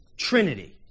Trinity